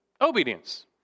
obedience